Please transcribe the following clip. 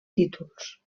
títols